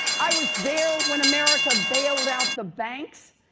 i was there when america bailed out the banks.